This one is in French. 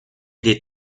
des